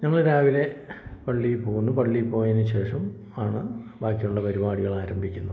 ഞങ്ങള് രാവിലെ പള്ളിയിൽ പോകുന്നു പള്ളിയില് പോയതിന് ശേഷം ആണ് ബാക്കിയുള്ള പരിപാടികള് ആരംഭിക്കുന്നത്